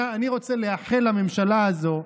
אני רוצה לאחל לממשלה הזו,